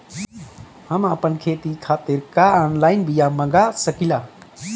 हम आपन खेती खातिर का ऑनलाइन बिया मँगा सकिला?